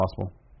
possible